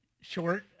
short